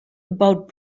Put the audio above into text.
about